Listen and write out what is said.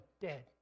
dead